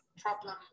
problem